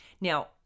Now